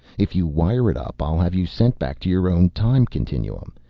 if you wire it up i'll have you sent back to your own time continuum.